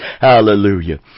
Hallelujah